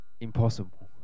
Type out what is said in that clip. Impossible